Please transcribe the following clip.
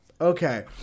Okay